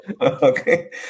Okay